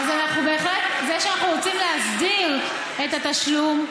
זה שאנחנו רוצים להסדיר את התשלום,